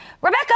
Rebecca